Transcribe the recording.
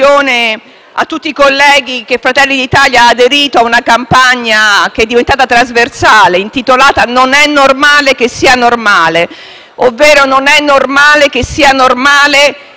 che tutti i colleghi sappiano che Fratelli d'Italia ha aderito a una campagna, che è diventata trasversale, intitolata: «Non è normale che sia normale»,